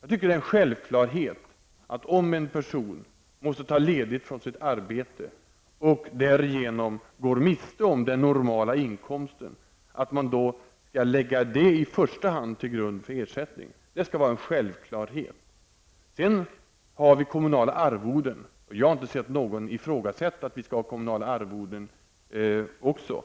att det är en självklarhet att, om en person måste ta ledigt från sitt arbete och därigenom går miste om den normala inkomsten, skall detta i första hand läggas till grund för ersättningen. Det skall vara en självklarhet. Sedan har vi kommunala arvoden. Jag har inte sett någon ifrågasätta att det skall finnas kommunala arvoden också.